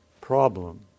problem